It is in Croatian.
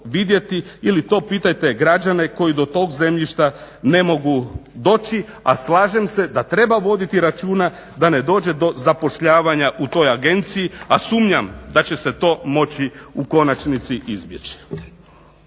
ili to pitajte građene koji do tog zemljišta ne mogu doći, a slažem se da treba voditi računa da ne dođe do zapošljavanja u toj agenciji, a sumnjam da će se to moći u konačnici izbjeći.